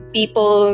people